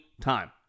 time